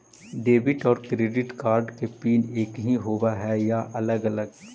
Debit और credit card के PIN एकही होव हइ या अलग अलग?